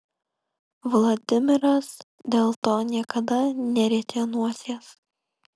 vladimiras dėl to niekada nerietė nosies